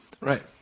Right